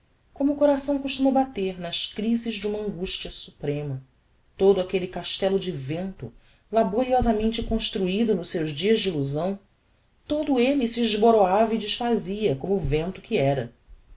costuma bater nas crises de uma angustia suprema todo aquelle castello de vento laboriosamente construido nos seus dias de illusão todo elle se esboroava e desfazia como vento que era